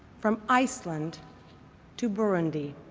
from iceland to brundi